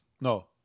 no